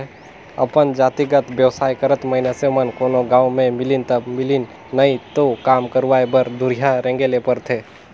अपन जातिगत बेवसाय करत मइनसे मन कोनो गाँव में मिलिन ता मिलिन नई तो काम करवाय बर दुरिहां रेंगें ले परथे